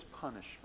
punishment